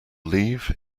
leave